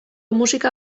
musika